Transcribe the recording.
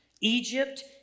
Egypt